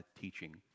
teaching